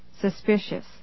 suspicious